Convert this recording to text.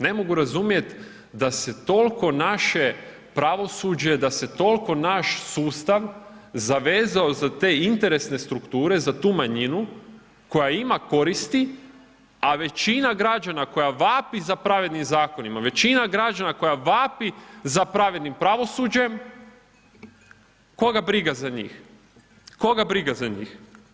Ne mogu razumjeti da se toliko naše pravosuđe, da se toliko naš sustav zavezao za te interesne strukture, za tu manjinu koja ima koristi a većina građana koja vapi za pravednim zakonima, većina građana koja vapi za pravednim pravosuđem koga briga za njih, koga briga za njih.